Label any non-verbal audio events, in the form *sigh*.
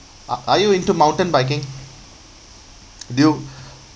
a~ are you into mountain biking do you *breath*